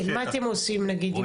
מה אתם עושים נגיד?